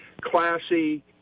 classy